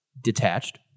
detached